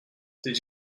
did